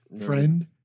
friend